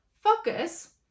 focus